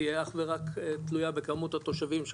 תהיה אך ורק תלויה בכמות התושבים שמה,